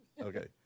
Okay